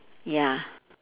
ya